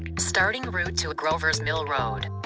starting route to grover's mill road.